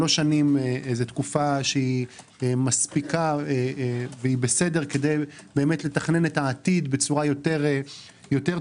שלוש שנים היא תקופה מספיקה ובסדר כדי לתכנן את העתיד בצורה יותר טובה.